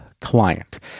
client